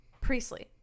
Priestley